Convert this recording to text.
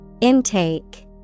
Intake